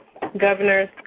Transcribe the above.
governor's